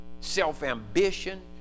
self-ambition